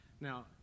Now